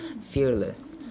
fearless